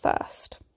first